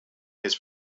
his